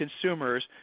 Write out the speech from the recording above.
consumers